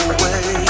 Away